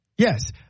Yes